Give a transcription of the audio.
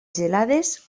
gelades